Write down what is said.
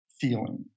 feeling